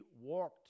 walked